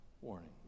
warning